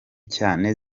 cyane